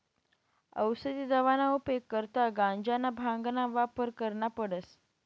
औसदी दवाना उपेग करता गांजाना, भांगना वापर करना पडस